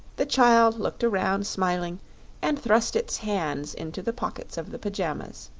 the child looked around smiling and thrust its hands into the pockets of the pajamas.